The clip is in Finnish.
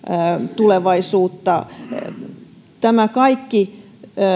tulevaisuutta nämä kaikki